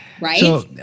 Right